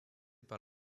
par